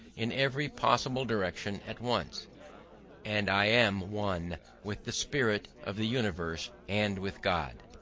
in every possible direction at once and i am one with the spirit of the universe and with god.